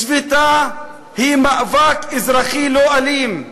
שביתה היא מאבק אזרחי לא אלים.